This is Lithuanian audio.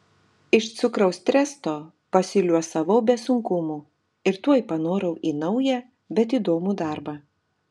iš cukraus tresto pasiliuosavau be sunkumų ir tuoj panorau į naują bet įdomų darbą